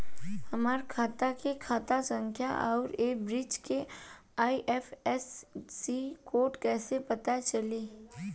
हमार खाता के खाता संख्या आउर ए ब्रांच के आई.एफ.एस.सी कोड कैसे पता चली?